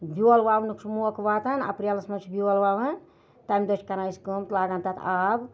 بیول وَونُک چھُ موقعہٕ واتان اَپریلَس منٛز چھِ بیول وَوان تَمہِ دۄہ چھِ کَران أسۍ کٲم لاگان تَتھ آب